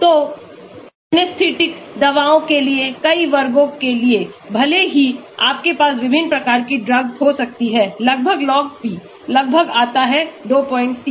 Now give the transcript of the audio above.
तो anesthetic दवाओं के लिए कई वर्गों के लिए भले ही आपके पास विभिन्न प्रकार की ड्रग्स हो सकती हैं लगभग log p लगभग आता है 23